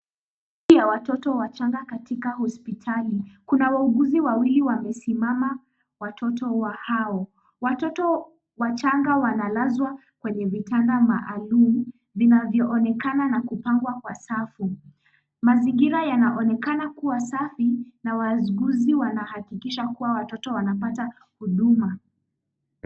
Wodi ya watoto wachanga katika hospitali. Kuna wauguzi wawili wamesimama, watoto wa hao. Watoto wachanga wanalazwa kwenye vitanda maalum vinavyoonekana na kupangwa kwa safu. Mazingira yanaonekana kuwa safi na wauguzi wanahakikisha kuwa watoto wanapata huduma.